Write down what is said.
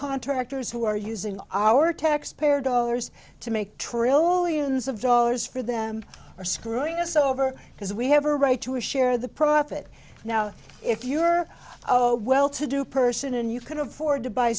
contractors who are using our taxpayer dollars to make trillions of dollars for them are screwing us over because we have a right to a share the profit now if you are oh well to do person and you can afford to buy